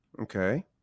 Okay